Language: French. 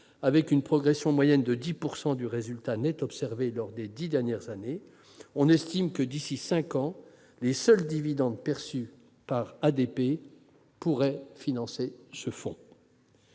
avec une progression moyenne de 10 % du résultat net observé lors des dix dernières années, on estime que, d'ici à cinq ans, les seuls dividendes perçus d'ADP pourraient financer la